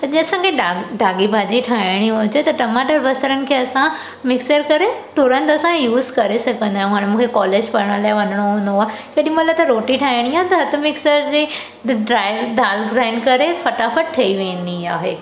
अॼु असांखे ॾा दाॻी भाॼी ठाहिणी हुजे त टमाटर बसरनि खे असां मिक्सर करे तुरंत असां यूज़ करे सघंदा आहियूं हाणे मूंखे कॉलेज पढ़ण लाइ वञिणो हूंदो आहे तेॾी महिल त रोटी ठाहिणी आहे त हथु मिक्सर जे ट्राइल दाल ग्रांइड करे फटाफट ठही वेंदी आहे